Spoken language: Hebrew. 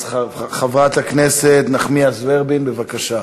אז חברת הכנסת נחמיאס ורבין, בבקשה.